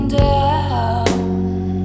down